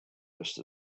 rest